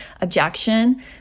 objection